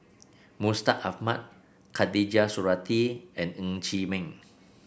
Mustaq Ahmad Khatijah Surattee and Ng Chee Meng